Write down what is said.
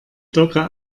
dogge